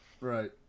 right